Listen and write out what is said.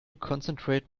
concentrate